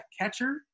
Catcher